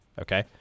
Okay